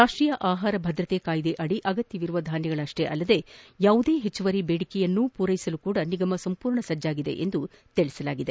ರಾಷ್ಟೀಯ ಆಹಾರ ಭದ್ರತೆ ಕಾಯ್ದೆಯಡಿ ಅಗತ್ತವಿರುವ ಧಾನ್ಯಗಳಷ್ಟೇ ಅಲ್ಲದೆ ಯಾವುದೇ ಹೆಚ್ಚುವರಿ ಬೇಡಿಕೆಯನ್ನು ಪೂರೈಸಲು ಸಹ ನಿಗಮ ಸಂಪೂರ್ಣ ಸಜ್ಜಾಗಿದೆ ಎಂದು ತಿಳಿಸಲಾಗಿದೆ